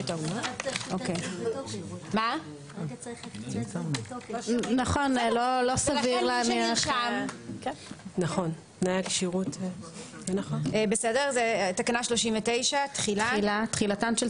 39. תחילה.